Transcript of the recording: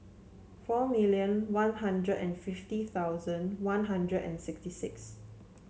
four million One Hundred and fifty thousand One Hundred and sixty six